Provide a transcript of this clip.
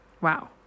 Wow